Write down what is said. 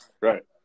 Right